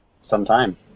sometime